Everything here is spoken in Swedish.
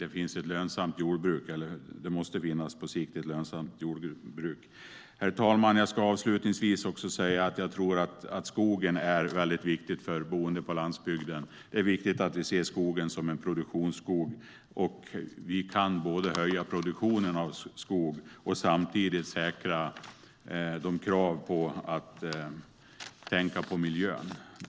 Det finns ett lönsamt jordbruk, och det måste på sikt finnas ett lönsamt jordbruk. Herr talman! Jag ska avslutningsvis säga att jag tror att skogen är viktig för boende på landsbygden. Det är viktigt att vi ser skogen som en produktionsskog. Vi kan höja produktionen av skog och samtidigt säkra kraven på att tänka på miljön.